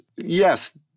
Yes